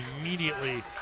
immediately